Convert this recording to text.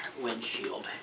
windshield